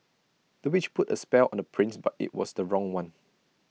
the witch put A spell on the prince but IT was the wrong one